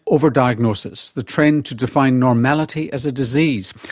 over-diagnosis the trend to define normality as a disease.